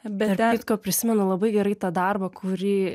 beveik prisimenu labai gerai tą darbą kurį